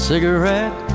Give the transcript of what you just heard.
Cigarette